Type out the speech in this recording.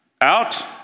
out